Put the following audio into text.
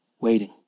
waiting